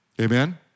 Amen